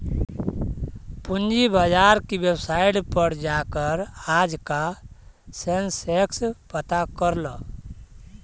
पूंजी बाजार की वेबसाईट पर जाकर आज का सेंसेक्स पता कर ल